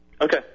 Okay